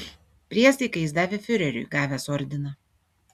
priesaiką jis davė fiureriui gavęs ordiną